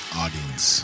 audience